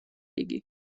იგი